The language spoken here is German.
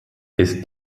ist